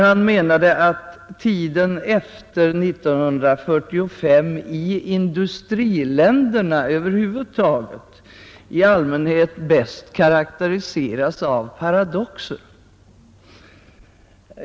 Han menar att tiden efter 1945 i industriländerna över huvud taget i allmänhet bäst karakteriseras av paradoxer.